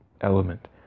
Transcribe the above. element